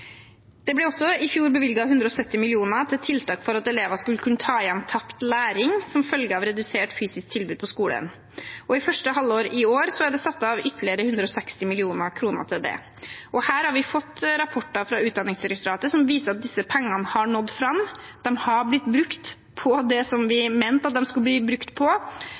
Det ble i fjor også bevilget 170 mill. kr til tiltak for at elever skulle kunne ta igjen tapt læring som følge av redusert fysisk tilbud på skolen. Og i første halvår i år er det satt av ytterligere 160 mill. kr til det. Her har vi fått rapporter fra Utdanningsdirektoratet som viser at disse pengene har nådd fram. De er blitt brukt på det vi mente de skulle bli brukt på,